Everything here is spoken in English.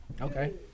Okay